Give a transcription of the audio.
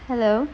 hello